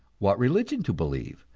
what religion to believe,